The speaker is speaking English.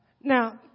Now